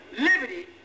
liberty